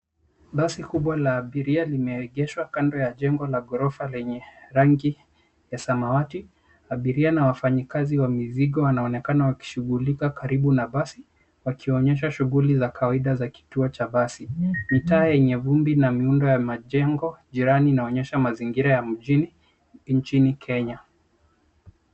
Basi kubwa la abiria limeegeshwa kando ya jengo la ghorofa lenye rangi ya samawati. Abiria na wafanyikazi wa mizigo wanaonekana wakishughulika karibu na basi wakionyesha shughuli za kawaida za kituo cha basi. Mitaa yenye vumbi na miundo wa majengo jirani inaonyesha mazingira ya mjini nchini Kenya.